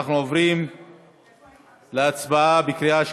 אנחנו עוברים להצבעה בקריאה שלישית.